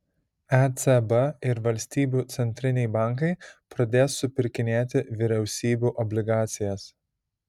ecb ir valstybių centriniai bankai pradės supirkinėti vyriausybių obligacijas